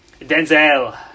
Denzel